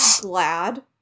glad